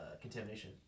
contamination